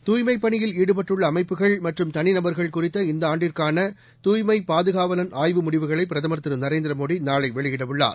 தூய்மைப் பணியில் ஈடுபட்டுள்ள அமைப்புகள் மற்றும் தனிநபர்கள் குறித்த இந்த ஆண்டுக்கான தூய்மை பாதுகாவலன் ஆய்வு முடிவுகளை பிரதம் திரு நரேந்திரமோடி நாளை வெளியிடவுள்ளார்